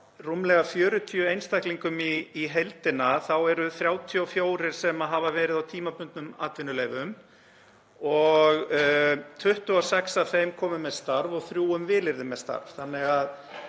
rúmlega 40 einstaklingum í heildina eru 34 sem hafa verið á tímabundnum atvinnuleyfum og 26 af þeim komin með starf og þrjú með vilyrði um starf.